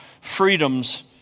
freedoms